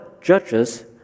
judges